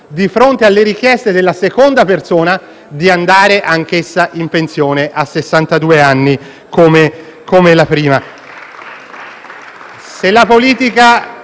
di fronte alle richieste della seconda persona di andare anch'essa in pensione a sessantadue anni, come la prima.